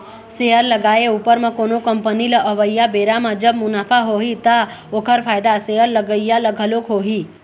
share लगाए उपर म कोनो कंपनी ल अवइया बेरा म जब मुनाफा होही ता ओखर फायदा शेयर लगइया ल घलोक होही